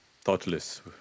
thoughtless